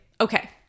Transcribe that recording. okay